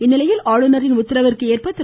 இந்நிலையில் ஆளுநரின் உத்தரவிற்கேற்ப திரு